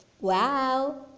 Wow